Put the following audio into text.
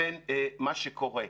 לבין מה שקורה.